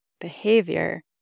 Behavior